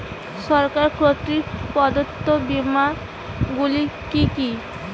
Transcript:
সরকার কর্তৃক প্রদত্ত বিমা গুলি কি কি?